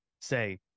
say